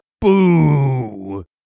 Boo